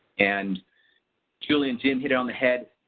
and julie and jim hit it on the head.